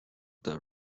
the